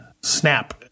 snap